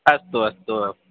अस्तु अस्तु